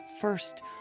first